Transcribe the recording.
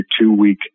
two-week